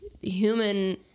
human